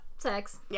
Sex